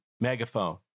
megaphone